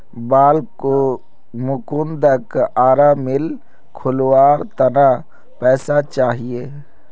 बालमुकुंदक आरा मिल खोलवार त न पैसा चाहिए